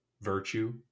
virtue